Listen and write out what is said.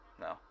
No